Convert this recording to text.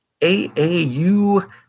AAU